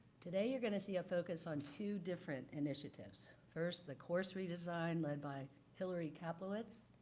today you're going to see a focus on two different initiatives. first the course redesign, led by hillary kaplowitz,